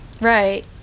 Right